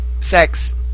sex